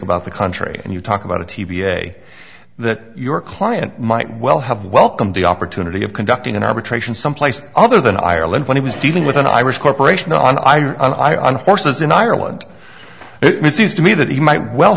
about the country and you talk about a t b a that your client might well have welcomed the opportunity of conducting an arbitration someplace other than ireland when he was dealing with an irish corporation on i or an eye on forces in ireland it seems to me that he might well